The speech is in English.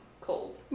cold